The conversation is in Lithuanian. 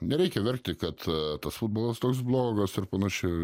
nereikia verkti kad tas futbolas toks blogas ir panašiai